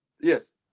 Yes